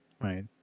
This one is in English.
right